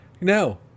No